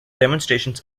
demonstrations